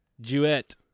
Duet